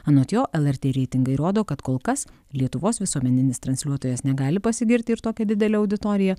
anot jo lrt reitingai rodo kad kol kas lietuvos visuomeninis transliuotojas negali pasigirti ir tokia didele auditorija